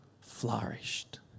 flourished